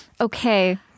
Okay